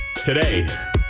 Today